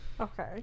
Okay